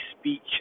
speech